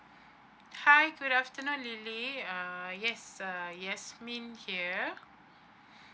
hi good afternoon lily uh yes uh yasmine here